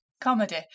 comedy